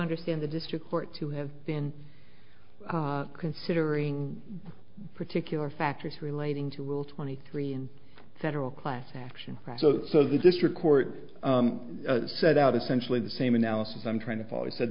understand the district court who has been considering particular factors relating to rule twenty three in federal class action so the district court set out essentially the same analysis i'm trying to follow it said